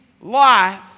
life